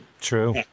True